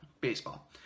baseball